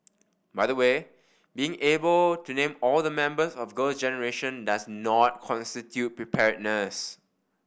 by the way being able to name all the members of Girl Generation does not constitute preparedness